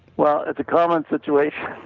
well, it's a common situation.